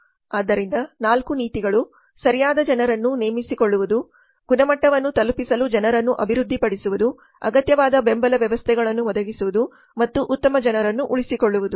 ಆದ್ದರಿಂದ ನಾಲ್ಕು ನೀತಿಗಳು ಸರಿಯಾದ ಜನರನ್ನು ನೇಮಿಸಿಕೊಳ್ಳುತ್ತವೆ ಗುಣಮಟ್ಟವನ್ನು ತಲುಪಿಸಲು ಜನರನ್ನು ಅಭಿವೃದ್ಧಿಪಡಿಸುತ್ತವೆ ಅಗತ್ಯವಾದ ಬೆಂಬಲ ವ್ಯವಸ್ಥೆಗಳನ್ನು ಒದಗಿಸುತ್ತವೆ ಮತ್ತು ಉತ್ತಮ ಜನರನ್ನು ಉಳಿಸಿಕೊಳ್ಳುತ್ತವೆ